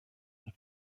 und